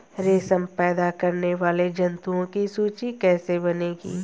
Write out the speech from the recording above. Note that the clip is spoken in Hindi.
रेशम पैदा करने वाले जंतुओं की सूची कैसे बनेगी?